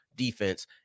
defense